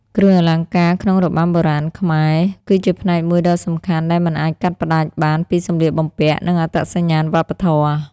គ្រឿងអលង្ការក្នុងរបាំបុរាណខ្មែរ គឺជាផ្នែកមួយដ៏សំខាន់ដែលមិនអាចកាត់ផ្ដាច់បានពីសម្លៀកបំពាក់ និងអត្តសញ្ញាណវប្បធម៌។